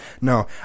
No